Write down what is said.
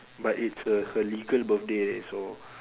but it's her her legal birthday lah so